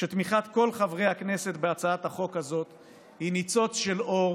שתמיכת כל חברי הכנסת בהצעת החוק הזאת היא ניצוץ של אור